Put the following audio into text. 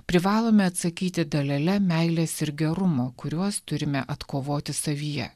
privalome atsakyti dalele meilės ir gerumo kuriuos turime atkovoti savyje